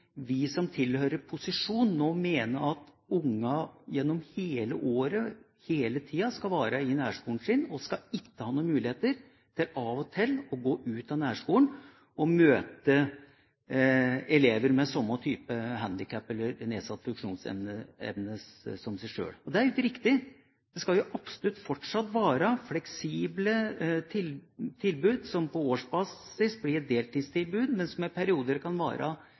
vi som tilhører posisjonen, nå mener at ungene gjennom hele året, hele tida, skal være i nærskolen sin og ikke skal ha noen muligheter til av og til å gå ut av nærskolen og møte elever med samme type handikap – eller nedsatt funksjonsevne – som seg sjøl. Det er jo ikke riktig. Det skal absolutt fortsatt være fleksible tilbud som på årsbasis blir deltidstilbud, men som i perioder kan